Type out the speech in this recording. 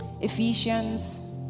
Ephesians